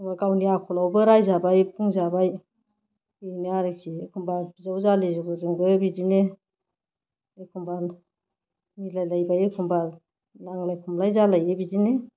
एखनबा गावनि आखलावबो रायजाबाय बुंजाबाय बेनो आरोखि एखनबा बिजाव जालिफोरजोंबो बिदिनो एखनबा मिलायलायबाय एखनबा नांज्लाय खमज्लाय जालायो बिदिनो